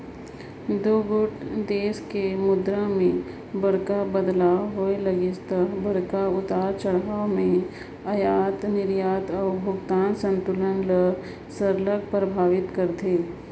दुगोट देस कर मुद्रा में बगरा बदलाव होए लगिस ता बगरा उतार चढ़ाव में अयात निरयात अउ भुगतान संतुलन ल सरलग परभावित करथे